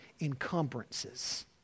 encumbrances